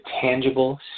tangible